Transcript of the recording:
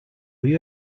you